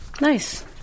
Nice